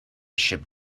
ship